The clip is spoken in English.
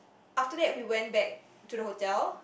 after that we went back to the hotel